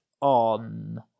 on